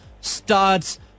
starts